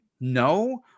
No